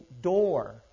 door